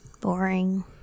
Boring